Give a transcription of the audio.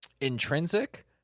intrinsic